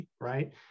right